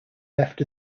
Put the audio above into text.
left